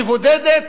מבודדת,